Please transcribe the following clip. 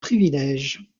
privilèges